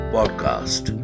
Podcast